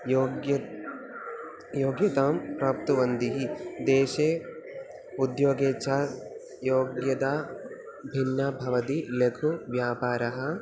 योग्यता योग्यतां प्राप्तुवन्ति देशे उद्योगे च योग्यता भिन्नाः भवति लघु व्यापारः